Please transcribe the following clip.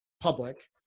public